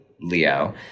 Leo